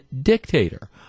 dictator